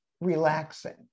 relaxing